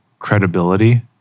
credibility